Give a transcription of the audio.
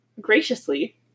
graciously